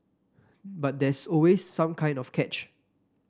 but there's always some kind of catch